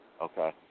Okay